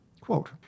Quote